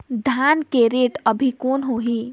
धान के रेट अभी कौन होही?